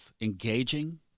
engaging